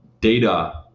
data